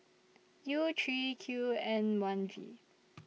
U three Q N one V